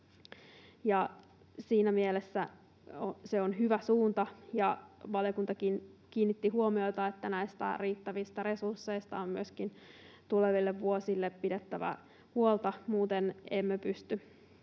Siinä mielessä se on hyvä suunta, ja valiokuntakin kiinnitti huomiota, että näistä riittävistä resursseista on myöskin tuleville vuosille pidettävä huolta, muuten emme pysty